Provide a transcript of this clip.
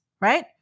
right